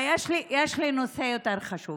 האמת, יש לי נושא יותר חשוב